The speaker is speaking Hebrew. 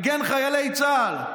מגן חיילי צה"ל,